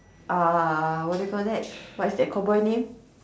uh what do you call that what's that cowboy name